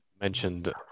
mentioned